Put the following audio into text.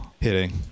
hitting